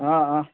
অঁ অঁ